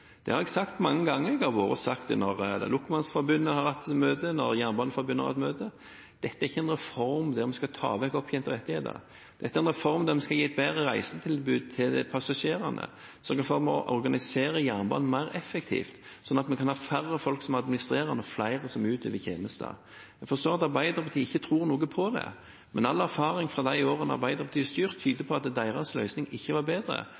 Det har jeg sagt mange ganger, jeg har vært og sagt det når Lokførermannsforbundet har hatt møte, og når Jernbaneforbundet har hatt møte. Dette er ikke en reform der vi skal ta vekk opptjente rettigheter. Dette er en reform der vi skal gi et bedre reisetilbud til passasjerene, sørge for å organisere jernbanen mer effektivt, slik at vi kan ha færre folk som administrerer, og flere som utøver tjenester. Jeg forstår at Arbeiderpartiet ikke tror noe på det, men all erfaring fra de årene Arbeiderpartiet styrte, tyder på at deres løsning ikke var bedre.